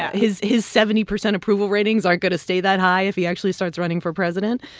his his seventy percent approval ratings aren't going to stay that high if he actually starts running for president.